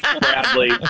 bradley